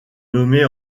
nommée